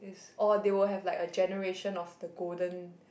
is or they will have like a generation of the golden